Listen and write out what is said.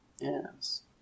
Yes